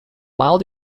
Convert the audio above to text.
mild